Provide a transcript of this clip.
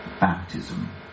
baptism